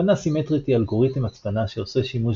הצפנה סימטרית היא אלגוריתם הצפנה שעושה שימוש